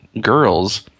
girls